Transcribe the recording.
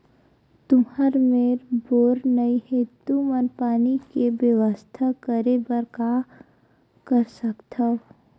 तुहर मेर बोर नइ हे तुमन पानी के बेवस्था करेबर का कर सकथव?